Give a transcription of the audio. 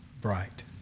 bright